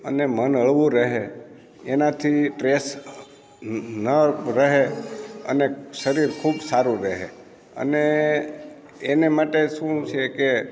અને મન હળવું રહે એનાથી ટ્રેસ ન રહે અને શરીર ખૂબ સારું રહે અને એને માટે શું છે કે